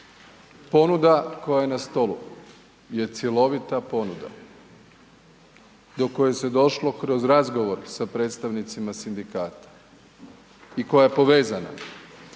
ponuda koja je na stolu je cjelovita ponuda do koje se došlo kroz razgovor sa predstavnicima Sindikata i koja je povezana,